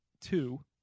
two